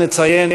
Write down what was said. נציין,